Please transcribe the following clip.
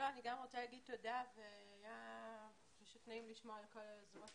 אני גם רוצה להגיד תודה והיה פשוט נעים לשמוע על כל היוזמות